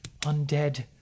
undead